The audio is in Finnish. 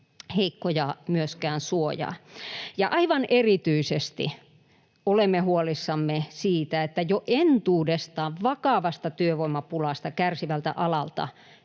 heikkoja myöskään suojaa. Aivan erityisesti olemme huolissamme siitä, että jo entuudestaan vakavasta työvoimapulasta kärsivältä alalta